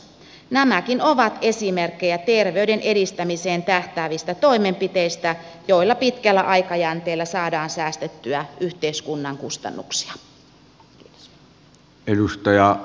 nämäkin ovat esimerkkejä terveyden edistämiseen tähtäävistä toimenpiteistä joilla pitkällä aikajänteellä saadaan säästettyä yhteiskunnan kustannuksia